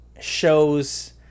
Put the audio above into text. shows